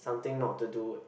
something not to do